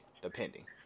Depending